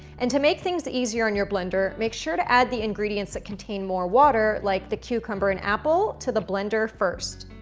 and to make things easier on your blender make sure to add the ingredients that contain more water like the cucumber and apple to the blender first.